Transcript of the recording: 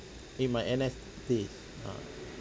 in my N_S days ah